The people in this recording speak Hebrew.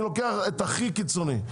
אני לוקח את המקרה הכי קיצוני,